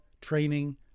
training